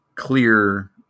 clear